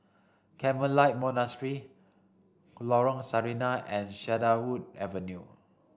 Carmelite Monastery Lorong Sarina and Cedarwood Avenue